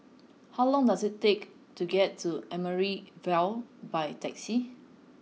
how long does it take to get to Amaryllis Ville by taxi